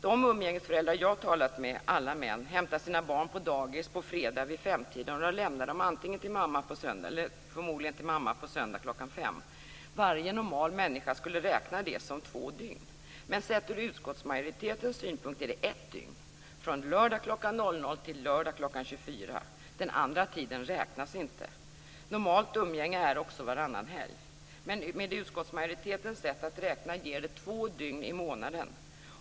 De umgängesföräldrar som jag har talat med, alla män, hämtar sina barn på dagis på fredag vid femtiden och lämnar dem förmodligen till mamma på söndag klockan fem. Varje normal människa skulle räkna det som två dygn. Men sett ur utskottsmajoritetens synpunkt är det ett dygn - från lördag kl. 00.00 till lördag kl. 24.00. Den andra tiden räknas inte. Normalt umgänge är också varannan helg. Med utskottsmajoritetens sätt att räkna ger det två dygn i månaden.